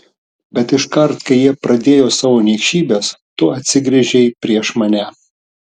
bet iškart kai jie pradėjo savo niekšybes tu atsigręžei prieš mane